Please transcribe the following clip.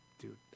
Dude